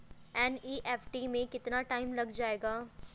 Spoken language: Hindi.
एन.ई.एफ.टी में कितना टाइम लग जाएगा?